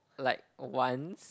like once